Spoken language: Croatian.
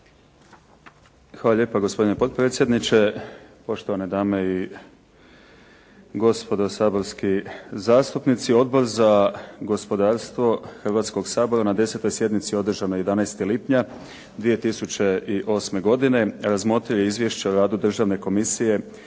Hvala lijepa gospodine potpredsjedniče, poštovane dame i gospodo saborski zastupnici. Odbor za gospodarstvo Hrvatskog sabora na 10. sjednici održanoj 11. lipnja 2008. godine razmotrio je izvješće o radu državne komisije za kontrolu